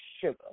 sugar